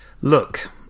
Look